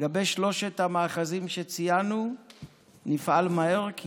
לגבי שלושת המאחזים שציינו נפעל מהר כי